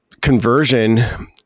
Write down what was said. conversion